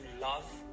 love